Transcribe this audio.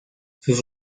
sus